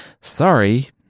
sorry